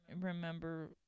remember